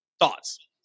Thoughts